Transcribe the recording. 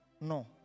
no